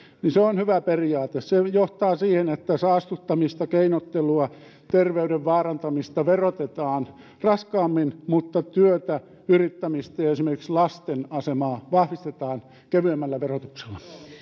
on hyvä periaate se johtaa siihen että saastuttamista keinottelua terveyden vaarantamista verotetaan raskaammin mutta työtä yrittämistä ja esimerkiksi lasten asemaa vahvistetaan kevyemmällä verotuksella